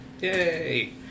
Yay